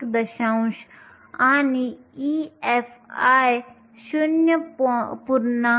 1 आणि EFi 0